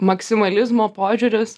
maksimalizmo požiūris